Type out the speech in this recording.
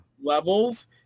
levels